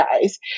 guys